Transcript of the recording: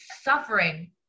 suffering